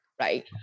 right